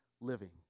living